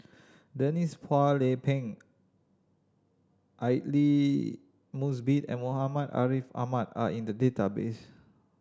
Denise Phua Lay Peng Aidli Mosbit and Muhammad Ariff Ahmad are in the database